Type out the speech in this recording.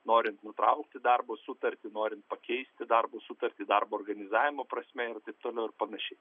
norint nutraukti darbo sutartį norint pakeisti darbo sutartį darbo organizavimo prasme ir taip toliau ir panašiai